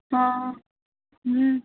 हँ हँ